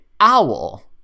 owl